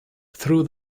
through